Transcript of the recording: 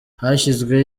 hashyizweho